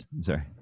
Sorry